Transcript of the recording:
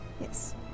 Yes